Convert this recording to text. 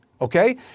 Okay